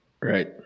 Right